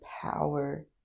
power